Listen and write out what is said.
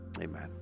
Amen